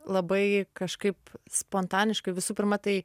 labai kažkaip spontaniškai visų pirma tai